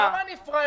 זה השלב השני.